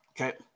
okay